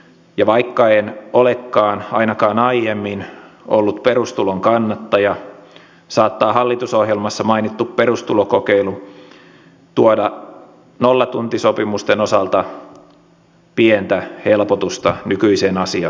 ja vaikka en olekaan ainakaan aiemmin ollut perustulon kannattaja saattaa hallitusohjelmassa mainittu perustulokokeilu tuoda nollatuntisopimusten osalta pientä helpotusta nykyiseen asiaintilaan